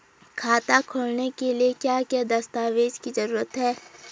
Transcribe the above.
खाता खोलने के लिए क्या क्या दस्तावेज़ की जरूरत है?